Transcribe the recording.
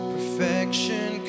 Perfection